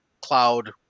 cloud